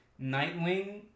Nightwing